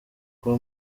kuba